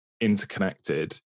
interconnected